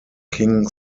king